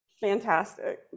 fantastic